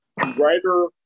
writer